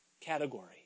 category